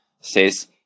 says